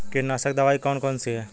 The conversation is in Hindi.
कीटनाशक दवाई कौन कौन सी हैं?